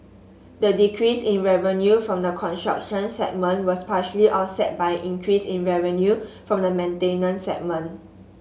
the decrease in revenue from the construction segment was partially offset by an increase in revenue from the maintenance segment